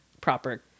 proper